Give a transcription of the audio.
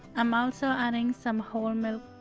i'm also adding some whole milk